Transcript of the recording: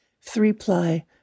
Three-ply